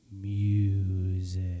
music